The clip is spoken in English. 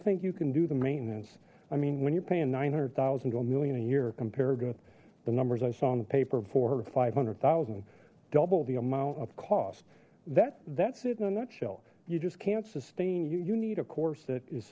think you can do the maintenance i mean when you're paying nine hundred thousand go million a year compared with the numbers i saw in the paper four or five hundred thousand double the amount of cost that that's it in a nutshell you just can't sustain you you need a course that is